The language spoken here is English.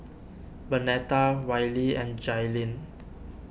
Bernetta Wiley and Jailyn